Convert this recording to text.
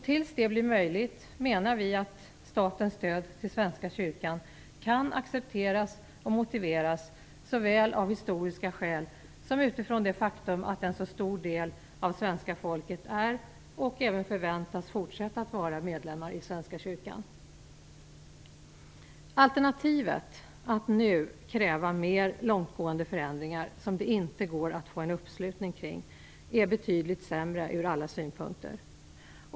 Tills detta blir möjligt menar vi att statens stöd till Svenska kyrkan kan accepteras och motiveras såväl av historiska skäl som utifrån det faktum att en så stor del av svenska folket är, och även förväntas fortsätta att vara, medlemmar i Svenska kyrkan. Alternativet att nu kräva mer långtgående förändringar som det inte går att få en uppslutning kring är betydligt sämre ur alla synpunkter.